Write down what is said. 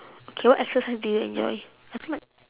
okay what exercise do you enjoy I feel like